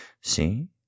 See